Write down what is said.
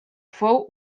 fou